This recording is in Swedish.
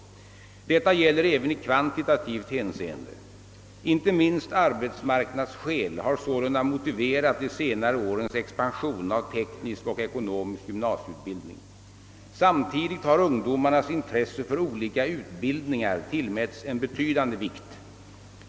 Detta gäller även i kvantitativt hänseende. Inte minst arbetsmarknadsskäl har sålunda motiverat de senare årens expansion av teknisk och ekonomisk gymnasieutbildning. Samtidigt har ungdomarnas intresse för olika utbildningar tillmätts en betydande vikt.